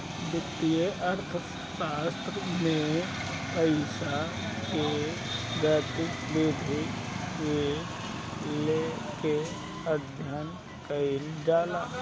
वित्तीय अर्थशास्त्र में पईसा के गतिविधि के लेके अध्ययन कईल जाला